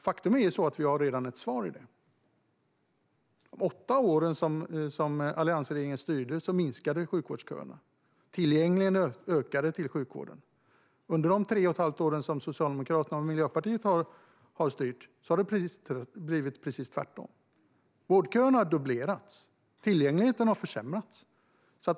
Faktum är att det redan finns ett svar på det. Under de åtta år som alliansregeringen styrde minskade sjukvårdsköerna. Och tillgängligheten i sjukvården ökade. Under de tre och ett halvt år som Socialdemokraterna och Miljöpartiet har styrt har det blivit precis tvärtom. Vårdköerna har dubblerats, och tillgängligheten har försämrats.